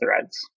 threads